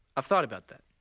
i've thought about that.